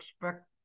expect